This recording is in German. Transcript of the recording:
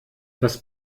das